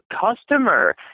customer